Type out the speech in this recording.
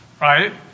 right